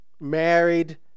married